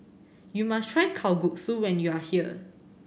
you must try Kalguksu when you are here